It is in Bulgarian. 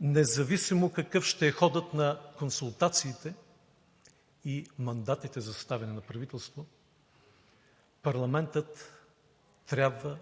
Независимо какъв ще е ходът на консултациите и мандатите за съставяне на правителство, парламентът трябва